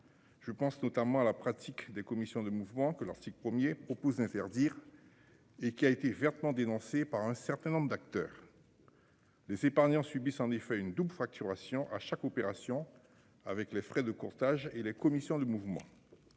Je pense notamment à la pratique des commissions de mouvement que l'article 1er propose interdire. Et qui a été vertement dénoncé par un certain nombre d'acteurs. Les épargnants subissent en effet une double facturation à chaque opération. Avec les frais de courtage et les commissions de mouvement.